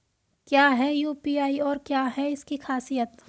क्या है यू.पी.आई और क्या है इसकी खासियत?